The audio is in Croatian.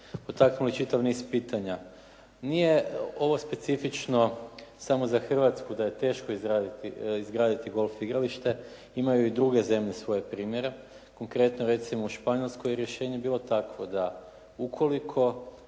potaknuli čitav niz pitanja. Nije ovo specifično samo za Hrvatsku da je teško izgraditi golf igralište, imaju i druge zemlje svoje primjere. Konkretno recimo u Španjolskoj rješenje je bilo takvo da ukoliko